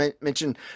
mention